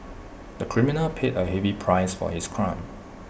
the criminal paid A heavy price for his crime